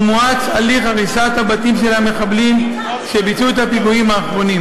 ומואץ הליך הריסת הבתים של המחבלים שביצעו את הפיגועים האחרונים.